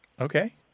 Okay